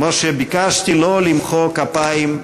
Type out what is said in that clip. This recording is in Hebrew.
כמו שביקשתי, לא למחוא כפיים.